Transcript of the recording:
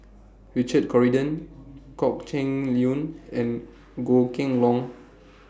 Richard Corridon Kok Heng Leun and Goh Kheng Long